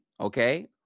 okay